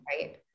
Right